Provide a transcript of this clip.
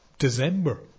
December